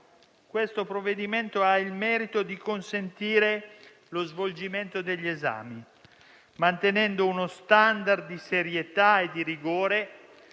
il provvedimento ha il merito di consentire lo svolgimento degli esami mantenendo uno *standard* di serietà e di rigore